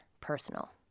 personal